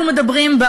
אנחנו מדברים,